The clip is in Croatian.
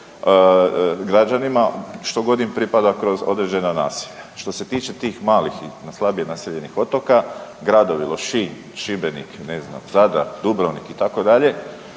građanima što god im pripada kroz određena naselja. Što se tiče tih malih i slabije naseljenih otoka gradovi Lošinj, Šibenik, ne znam, Zadar, Dubrovnik itd.,